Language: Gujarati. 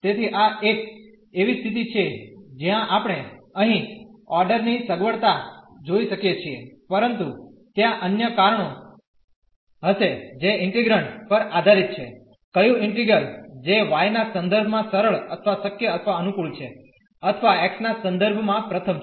તેથી આ એક એવી સ્થિતિ છે જ્યાં આપણે અહીં ઓર્ડર ની સગવડતા જોઈ શકીએ છીએ પરંતુ ત્યાં અન્ય કારણો હશે જે ઇન્ટીગ્રન્ડ પર આધારિત છે ક્યું ઇન્ટીગ્રલ જે y ના સંદર્ભમાં સરળ અથવા શક્ય અથવા અનુકૂળ છે અથવા x ના સંદર્ભમાં પ્રથમ છે